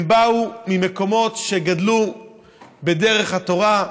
הם באו ממקומות שגדלו בדרך התורה.